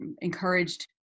encouraged